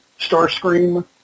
Starscream